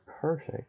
perfect